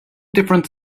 different